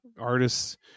artists